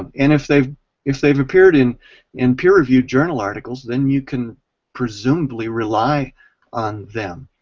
um and if they if they have appeared in in peer reviewed journal articles then you can presumably rely on them.